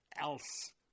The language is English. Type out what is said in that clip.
else